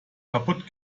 kaputt